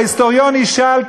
ההיסטוריון ישאל,